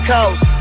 Coast